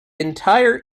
entire